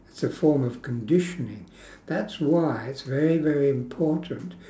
it's a form of conditioning that's why it's very very important